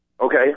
Okay